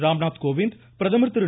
ராம்நாத் கோவிந்த் பிரதமர் திரு